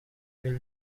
will